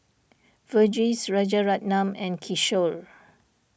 Verghese Rajaratnam and Kishore